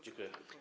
Dziękuję.